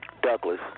Douglas